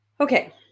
Okay